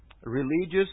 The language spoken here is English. Religious